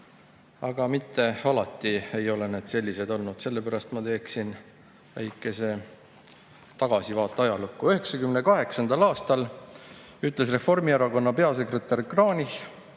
aga mitte alati ei ole need sellised olnud. Sellepärast teen ma väikese tagasivaate ajalukku.1998. aastal sidus Reformierakonna peasekretär Kranich